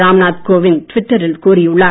ராம் நாத் கோவிந்த் ட்விட்டரில் கூறியுள்ளார்